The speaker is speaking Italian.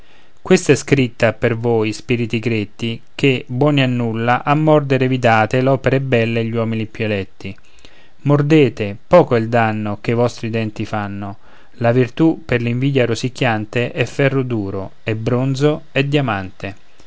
questa è scritta per voi spiriti gretti che buoni a nulla a mordere vi date l'opere belle e gli uomini più eletti mordete poco è il danno che i vostri denti fanno la virtù per l'invidia rosicchiante è ferro duro è bronzo è diamante